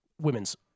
women's